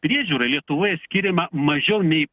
priežiūrai lietuvoje skiriama mažiau nei